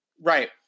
right